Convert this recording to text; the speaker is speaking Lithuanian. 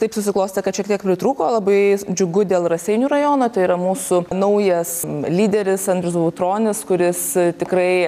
taip susiklostė kad šiek tiek pritrūko labai džiugu dėl raseinių rajono tai yra mūsų naujas lyderis andrius bautronis kuris tikrai